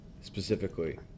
specifically